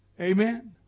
Amen